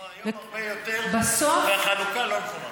לא, היום הרבה יותר, והחלוקה לא נכונה.